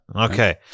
Okay